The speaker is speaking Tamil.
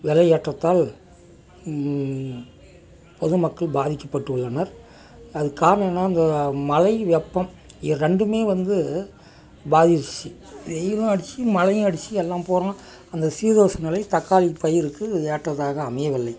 விலை ஏற்றதால் பொதுமக்கள் பாதிக்கப்பட்டுள்ளனர் அதுக் காரணம் என்ன அந்த மழை வெப்பம் இரண்டுமே வந்து பாதிச்சு வெயிலு அடிச்சு மழையும் அடிச்சு எல்லா அப்பரம் அந்த சீதோஷ்ண நிலை தற்காலிக பயிருக்கு ஏற்றதாக அமையவில்லை